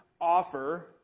offer